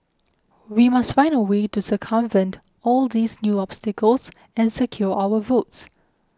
we must find a way to circumvent all these new obstacles and secure our votes